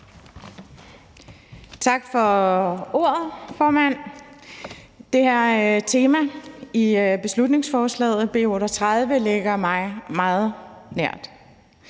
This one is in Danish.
Tak for ordet, formand. Det her tema i dette beslutningsforslag, B 38, står mig meget nær.